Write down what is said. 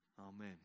Amen